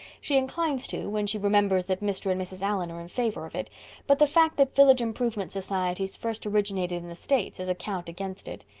she inclines to, when she remembers that mr. and mrs. allan are in favor of it but the fact that village improvement societies first originated in the states is a count against it.